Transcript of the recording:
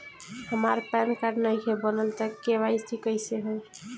हमार PAN card नईखे बनल त के.वाइ.सी कइसे होई?